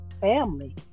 family